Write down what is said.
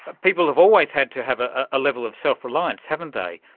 ah people have always had to have a ah level of self-reliance, haven't they.